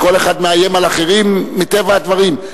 שכל אחד מאיים על אחרים מטבע הדברים.